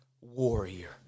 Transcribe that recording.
warrior